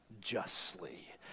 justly